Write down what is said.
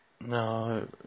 No